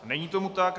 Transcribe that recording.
Není tomu tak.